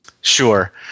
Sure